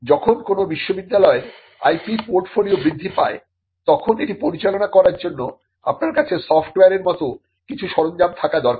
যখন কোন বিশ্ববিদ্যালয়ের IP পোর্টফোলিও বৃদ্ধি পায় তখন এটি পরিচালনা করার জন্য আপনার কাছে সফটওয়্যারের মত কিছু সরঞ্জাম থাকা দরকার